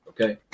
Okay